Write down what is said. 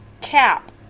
cap